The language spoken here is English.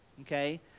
Okay